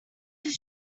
his